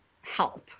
help